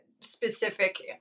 specific